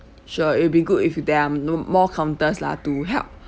sure it'll be good if they are mm know more counters lah to help